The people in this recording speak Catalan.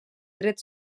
dret